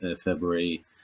February